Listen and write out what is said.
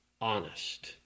Honest